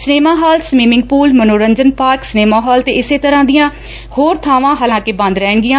cinema hall swimming pool ਮੰਨੋਰਜਨ park cinema hall ਤੇ ਇਸੇ ਤਰ੍ਕਾਂ ਦੀਆਂ ਹੋਰ ਬਾਵਾਂ ਹਾਲਾਂਕਿ ਬੰਦ ਰਹਿਣਗੀਆਂ